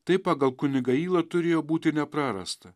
tai pagal kunigą ylą turėjo būti neprarasta